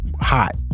Hot